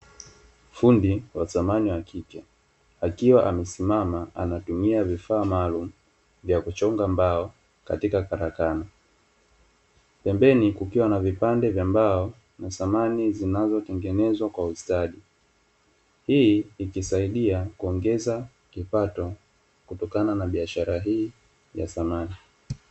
Fundi wa samani wa kike akiwa amesimama anatumia vifaa maalumu vya kuchonga mbao katika karakana, pembeni kukiwa na vipande vya mbao na samani zinazotengenezwa kwa ustadi hii ikisaidia kuongeza kipato kutokana na biashara hii ya samani.